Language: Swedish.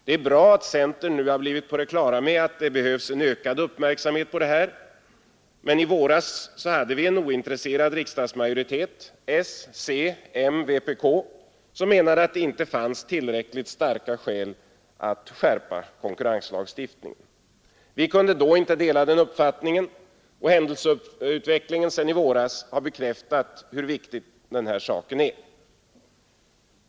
Det är bra att centern nu har blivit på det klara med att det behövs en ökad uppmärksamhet på detta område, men i våras hade vi en ointresserad riksdagsmajoritet, s, c, m och vpk, som menade att det inte fanns tillräckligt starka skäl för att skärpa konkurrenslagstiftningen. Vi kunde då inte dela den uppfattningen, och händelseutvecklingen sedan i våras har bekräftat hur viktig den här saken är.